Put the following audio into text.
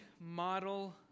model